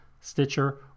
Stitcher